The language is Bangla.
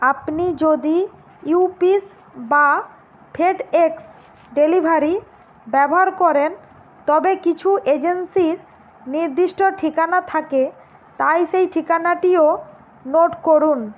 আপনি যদি ইউপিএস বা ফেডএক্স ডেলিভারি ব্যবহার করেন তবে কিছু এজেন্সির নির্দিষ্ট ঠিকানা থাকে তাই সেই ঠিকানাটিও নোট করুন